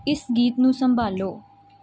ਇਸ ਗੀਤ ਨੂੰ ਸੰਭਾਲੋ